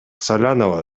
салянова